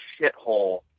shithole